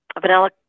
vanilla